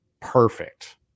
perfect